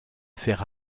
faire